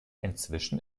inzwischen